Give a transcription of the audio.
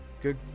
good